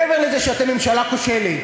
מעבר לזה שאתם ממשלה כושלת,